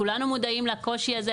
כולנו מודעים לקושי הזה,